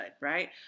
right